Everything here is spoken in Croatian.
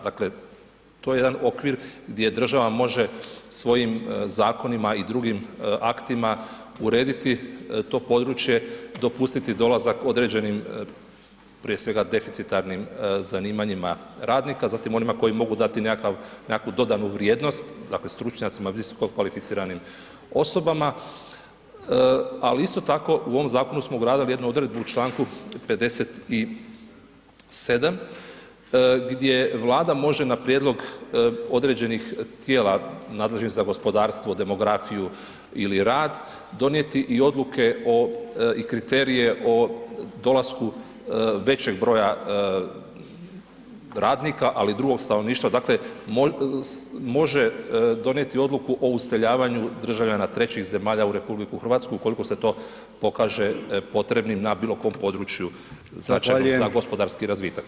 Dakle, to je jedan okvir gdje država može svojim zakonima i drugim aktima urediti to područje, dopustiti dolazak određenim, prije svega deficitarnim zanimanjima radnika, zatim onima koji mogu dati nekakav, nekakvu dodanu vrijednost, dakle stručnjacima visokokvalificiranim osobama, ali isto tako u ovom zakonu smo ugradili jednu odredbu u Članku 57. gdje Vlada može na prijedlog određenih tijela nadležnih za gospodarstvo, demografiju ili rad donijeti i odluke o i kriterije o dolasku većeg broja radnika ali drugog stanovništva dakle može donijeti odluku o useljavanju državljana trećih zemalja u RH ukoliko se to pokaže potrebnim na bilo kom području značajnim za gospodarski razvitak.